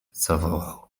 zawołał